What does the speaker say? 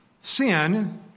sin